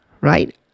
right